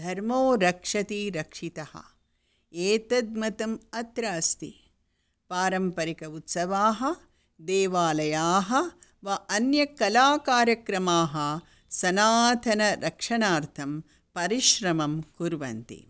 धर्मो रक्षति रक्षितः एतद् मतम् अत्र अस्ति पारम्परिक उत्सवाः देवालयाः वा अन्य कलाकार्यक्रमाः सनातनरक्षणार्थं परिश्रमं कुर्वन्ति